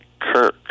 Kirk